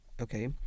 okay